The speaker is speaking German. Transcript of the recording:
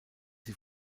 sie